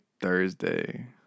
Thursday